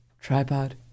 tripod